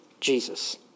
Jesus